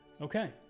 Okay